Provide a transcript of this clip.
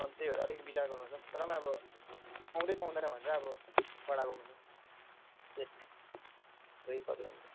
अनि त्यही भएर अलिकति विचार गर्नुपर्छ तर पनि अब पाउँदै पाउँदैन भने चाहिँ अब